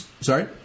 Sorry